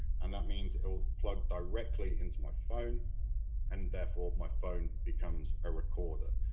and that means it will plug directly into my phone and therefore my phone becomes a recorder.